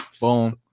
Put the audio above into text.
Boom